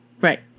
Right